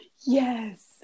Yes